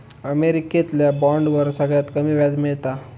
अमेरिकेतल्या बॉन्डवर सगळ्यात कमी व्याज मिळता